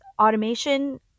automation